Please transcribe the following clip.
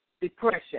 depression